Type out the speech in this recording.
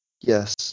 Yes